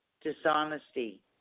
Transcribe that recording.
dishonesty